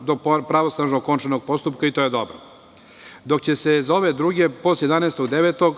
do pravosnažno okončanog postupka i to je dobro, dok će za ove druge, posle 11.